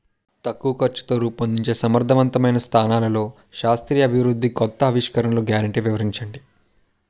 తక్కువ ఖర్చుతో రూపొందించే సమర్థవంతమైన సాధనాల్లో శాస్త్రీయ అభివృద్ధి కొత్త ఆవిష్కరణలు గ్యారంటీ వివరించండి?